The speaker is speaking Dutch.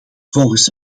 volgens